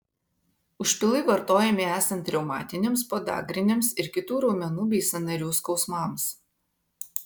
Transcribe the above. užpilai vartojami esant reumatiniams podagriniams ir kitų raumenų bei sąnarių skausmams